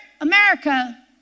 America